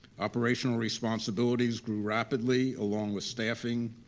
operational responsibilities grew rapidly along with staffing,